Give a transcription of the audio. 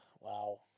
wow